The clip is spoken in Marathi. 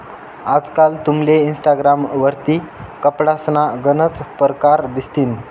आजकाल तुमले इनस्टाग्राम वरबी कपडासना गनच परकार दिसतीन